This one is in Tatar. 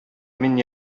мин